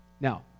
Now